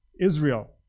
Israel